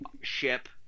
ship